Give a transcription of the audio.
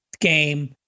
Game